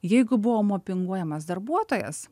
jeigu buvo mobinguojamas darbuotojas